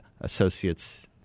Associates